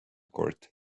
court